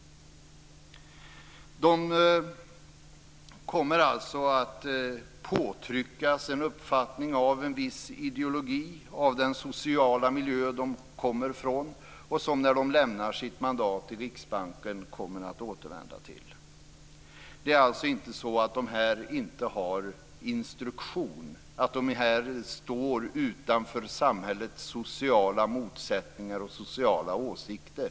De kommer alltså att påtryckas en uppfattning av en viss ideologi av den sociala miljö som de kommer från och som de, när de lämnar sitt mandat i Riksbanken, kommer att återvända till. Det är alltså inte så att de inte har instruktion, att de står utanför samhällets sociala motsättningar och sociala åsikter.